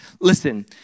Listen